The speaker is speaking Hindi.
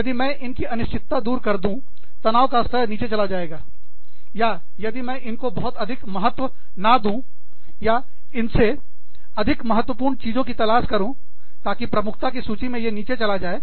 यदि मैं इनकी अनिश्चितता दूर कर दूँ तनाव का स्तर नीचे चला जाएगा या यदि मैं इनको बहुत अधिक महत्व ना दूँ या इन से अधिक महत्वपूर्ण चीजों की तलाश करूँताकि प्रमुखता की सूची में यह नीचे चला जाए